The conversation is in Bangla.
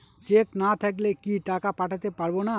চেক না থাকলে কি টাকা পাঠাতে পারবো না?